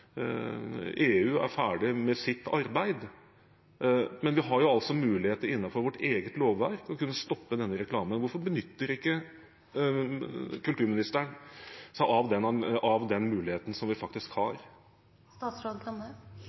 har altså mulighet innenfor vårt eget lovverk til å stoppe denne reklamen. Hvorfor benytter ikke kulturministeren seg av den muligheten som vi faktisk har?